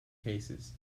cases